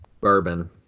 bourbon